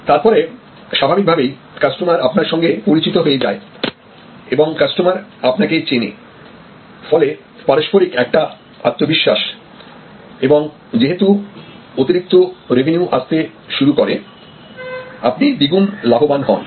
তারপরে স্বাভাবিকভাবেই কাস্টমার আপনার সঙ্গে পরিচিত হয়ে যায় এবং কাস্টমার আপনাকে চেনে ফলে পারস্পরিক একটা আত্মবিশ্বাস এবং যেহেতু অতিরিক্ত রেভিনিউ আসতে শুরু করে আপনি দ্বিগুণ লাভবান হন